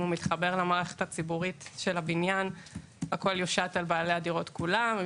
הוא מתחבר למערכת הציבורית של הבניין הכול יושת על בעלי הדירות כולם.